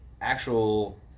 actual